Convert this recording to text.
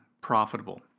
profitable